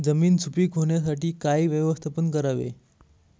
जमीन सुपीक होण्यासाठी काय व्यवस्थापन करावे?